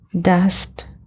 dust